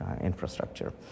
infrastructure